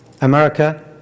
America